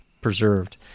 preserved